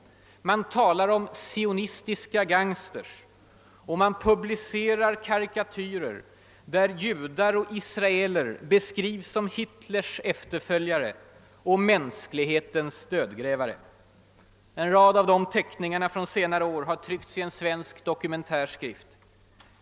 Man talar om »sionistiska gangsters« och publicerar karikatyrer, där judar och israeler beskrivs som Hitlers efterföljare och mänsklighetens dödgrävare. En rad av de teckningarna från senare år har tryckts i en svensk, dokumentär skrift.